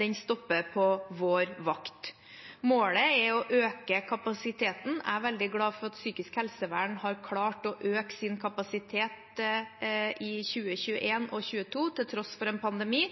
Den stopper på vår vakt. Målet er å øke kapasiteten. Jeg er veldig glad for at psykisk helsevern har klart å øke sin kapasitet i 2021 og 2022, til tross for en pandemi,